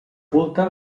culta